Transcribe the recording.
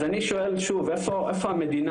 אז אני שואל שוב, איפה המדינה?